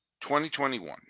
2021